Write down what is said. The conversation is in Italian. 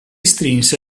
strinse